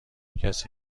کسی